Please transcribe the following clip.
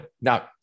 Now